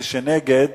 מי שנגד